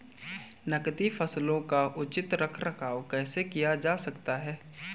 नकदी फसलों का उचित रख रखाव कैसे किया जा सकता है?